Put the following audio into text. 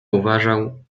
uważał